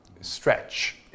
stretch